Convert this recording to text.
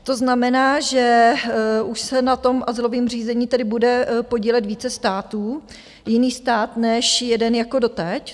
To znamená, že už se na tom azylovém řízení tedy bude podílet více států, jiný stát než jeden jako doteď?